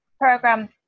program